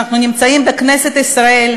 שאנחנו נמצאים בכנסת ישראל,